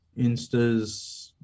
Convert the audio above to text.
insta's